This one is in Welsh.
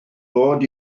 bod